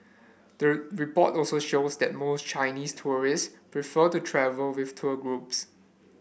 the report also shows that most Chinese tourists prefer to travel with tour groups